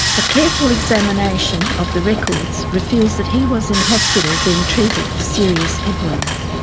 a careful examination of the records reveals that he was in hospital being treated for serious head wounds.